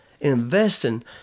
investing